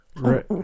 right